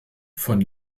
von